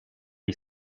jej